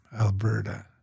Alberta